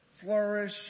flourish